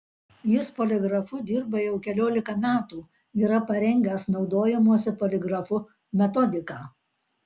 jis poligrafu dirba jau keliolika metų yra parengęs naudojimosi poligrafu metodiką